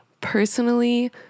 personally